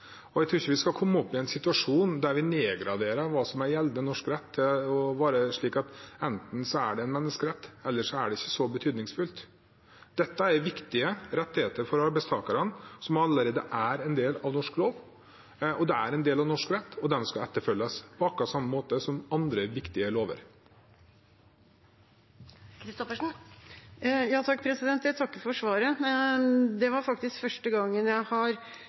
til å være slik at enten er det en menneskerett, eller så er det ikke så betydningsfullt. Dette er viktige rettigheter for arbeidstakerne som allerede er en del av norsk lov. Det er en del av norsk rett, og de skal etterfølges på akkurat samme måte som andre viktige lover. Jeg takker for svaret. Det er faktisk første gangen jeg har